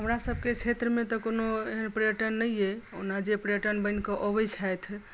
हमरा सबकेँ क्षेत्रमे तऽ कोनो एहन पर्यटन नहि अहि ओना जे पर्यटन बनि कऽ अबै छथि